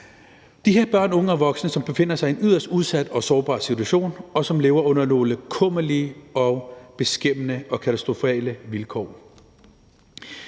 Det er børn, unge og voksne, som befinder sig i en yderst udsat og sårbar situation, og som lever under nogle kummerlige, beskæmmende og katastrofale vilkår.